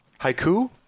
Haiku